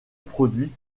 produit